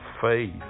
faith